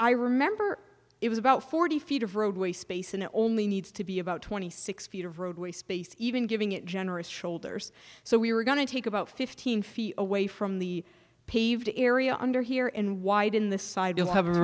i remember it was about forty feet of roadway space and it only needs to be about twenty six feet of roadway space even giving it generous shoulders so we're going to take about fifteen feet away from the paved area under here and wide in th